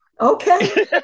Okay